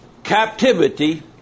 Captivity